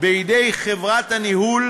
בידי חברת הניהול,